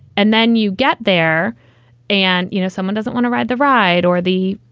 and then you get there and you know, someone doesn't want to ride the ride or the,